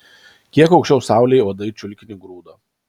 kiek aukščiau saulėje uodai čiulkinį grūdo